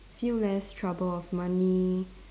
feel less trouble of money